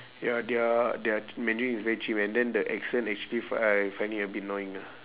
ya their their mandarin is very chim and then the accent actually f~ I find it a bit annoying ah